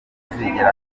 atazigera